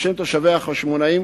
ובשם תושבי חשמונאים,